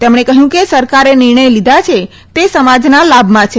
તેમણે કહ્યું કે સરકારે નિર્ણય લીધા છે તે સમાજના લાભમાં છે